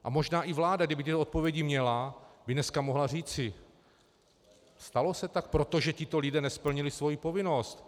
A možná i vláda, kdyby měla tyto odpovědi, by dneska mohla říci: stalo se tak proto, že tito lidé nesplnili svoji povinnost.